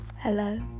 hello